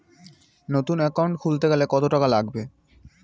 নতুন একাউন্ট খুলতে গেলে কত টাকা লাগবে?